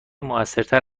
موثرتر